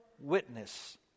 witness